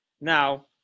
Now